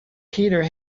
peter